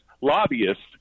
lobbyists